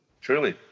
Truly